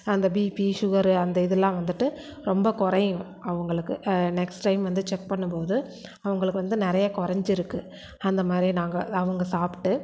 அந்த BP sugar அந்த இதெலாம் வந்துட்டு ரொம்ப குறையும் அவங்களுக்கு நெக்ஸ்ட் டைம் வந்து செக் பண்ணும்போது அவங்களுக்கு வந்து நிறையா குறஞ்சிருக்கு அந்தமாதிரி நாங்கள் அவங்க சாப்பிட்டு